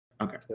Okay